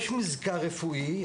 יש מזכר רפואי.